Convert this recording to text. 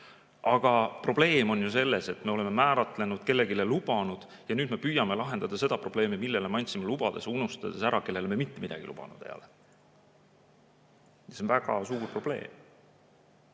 Aga probleem on selles, et me oleme määratlenud, kellelegi lubanud, ja nüüd me püüame lahendada seda probleemi, mille lahendamiseks me andsime lubaduse, unustades ära need, kellele me mitte midagi ei lubanud. See on väga suur probleem.